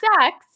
sex